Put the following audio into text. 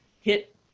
hit